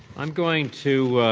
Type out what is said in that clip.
i'm going to